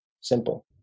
simple